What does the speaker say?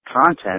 content